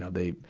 ah they,